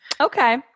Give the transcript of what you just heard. Okay